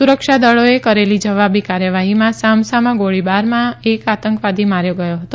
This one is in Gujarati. સુરક્ષાદળોએ કરેલી જવાબી કાર્યવાહીમાં સામ સામા ગોળીબારમાં એક આતંકવાદી માર્યો ગયો હતો